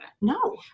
No